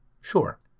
Sure